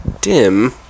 dim